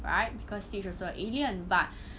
right because stitch is also a alien but